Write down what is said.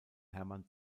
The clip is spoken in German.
hermann